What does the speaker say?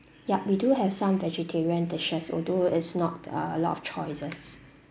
yup we do have some vegetarian dishes although it's not uh a lot of choices